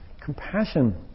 Compassion